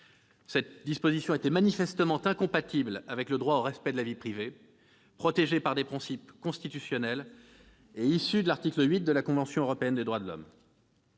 cette disposition était manifestement incompatible avec le droit au respect de la vie privée, protégé par des principes constitutionnels et issu de l'article 8 de la Convention européenne des droits de l'homme.